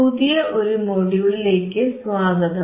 പുതിയൊരു മൊഡ്യൂളിലേക്കു സ്വാഗതം